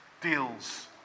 deals